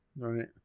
Right